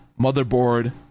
motherboard